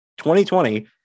2020